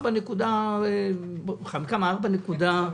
ל-4.03%?